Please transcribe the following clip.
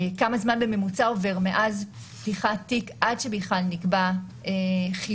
כמה זמן בממוצע עובר מאז פתיחת תיק עד שבכלל נקבע חיוב